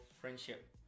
friendship